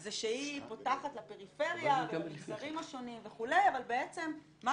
זה שהיא פותחת לפריפריה ולמגזרים השונים אבל בעצם מה